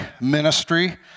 ministry